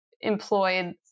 employed